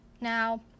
Now